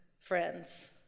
friends